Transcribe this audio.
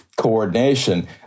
coordination